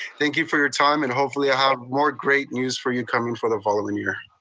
thank you for your time and hopefully, i have more great news for you coming for the following year.